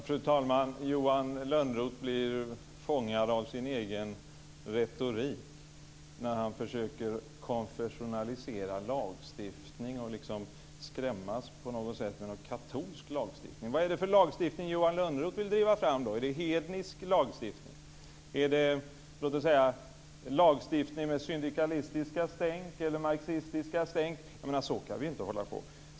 Fru talman! Johan Lönnroth blir fångad av sin egen retorik, när han försöker konfessionalisera lagstiftningen och skrämmas med katolsk lagstiftning. Vad är det för lagstiftning Johan Lönnroth vill driva fram då? Är det hednisk lagstiftning? Är det lagstiftning med syndikalistiska stänk eller marxistiska stänk? Så kan vi ju inte hålla på.